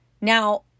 Now